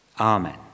Amen